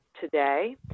today